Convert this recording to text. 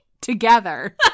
together